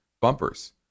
bumpers